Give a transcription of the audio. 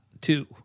Two